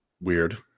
weird